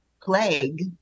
plague